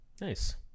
Nice